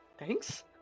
Thanks